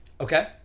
Okay